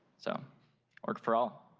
so orca for all.